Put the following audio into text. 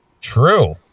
True